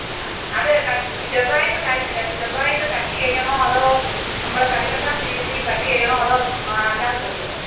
ആ അത് കട്ട് ചെറുതായിട്ട് ക ചെറുതായിട്ട് കട്ട് ചെയ്യണോ അതോ നമ്മൾ കറിവെക്കാൻ രീതിയിൽ കട്ട് ചെയ്യണോ അതോ അല്ലാതെ മതിയോ